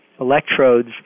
electrodes